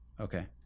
Okay